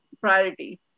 priority